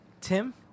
Tim